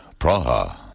Praha